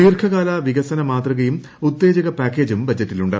ദീർഘകാല വികസന മാതൃകയും ഉത്തേജക്കു പാക്കേജും ബജറ്റിലുണ്ട്